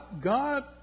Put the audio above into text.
God